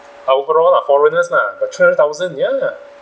uh overall lah foreigners lah the three hundred thousand ya